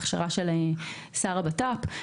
הכשרה של שר הבט"פ.